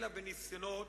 אלא לניסיונות,